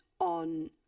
on